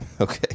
okay